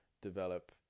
develop